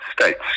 States